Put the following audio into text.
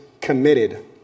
committed